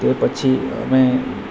તે પછી અમે